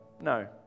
No